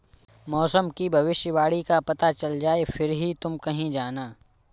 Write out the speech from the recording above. मौसम की भविष्यवाणी का पता चल जाए फिर ही तुम कहीं जाना